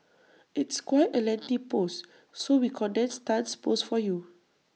it's quite A lengthy post so we condensed Tan's post for you